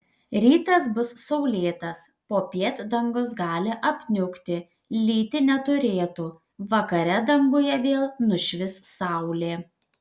rytas bus saulėtas popiet dangus gali apniukti lyti neturėtų vakare danguje vėl nušvis saulė